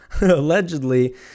allegedly